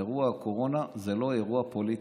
אירוע הקורונה זה לא אירוע פוליטי.